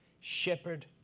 shepherd